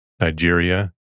Nigeria